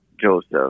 Joseph